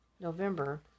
november